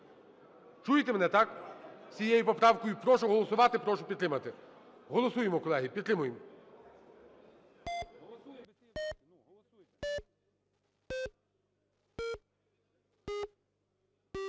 Чуєте мене, так? З цією поправкою прошу голосувати, прошу підтримати. Голосуємо, колеги, підтримуємо.